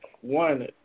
one